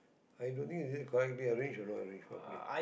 i don't think is it correct they arrange or not arrange properly